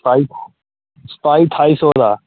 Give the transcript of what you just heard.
भाई सताई ठाई सौ दा